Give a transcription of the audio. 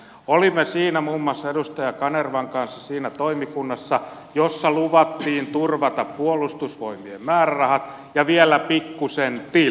olimme muun muassa edustaja kanervan kanssa siinä toimikunnassa jossa luvattiin turvata puolustusvoimien määrärahat ja vielä pikkusen till